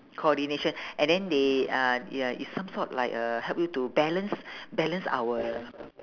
coordination and then they uh ya is some sort like uh help you to balance balance our